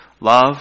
Love